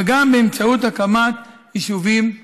וגם באמצעות הקמת יישובים חדשים.